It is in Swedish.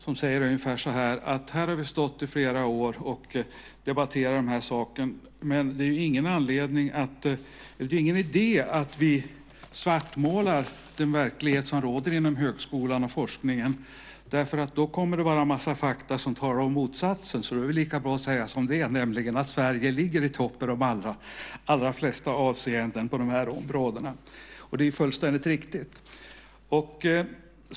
Han sade ungefär så här: Här har vi stått i flera år och debatterat de här sakerna, men det är ingen idé att vi svartmålar den verklighet som råder inom högskolan och forskningen. Då kommer det bara en massa fakta som talar om motsatsen. Det är lika bra att säga som det är, nämligen att Sverige ligger i topp i de allra flesta avseendena på dessa områden. Det är fullständigt riktigt.